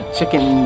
Chicken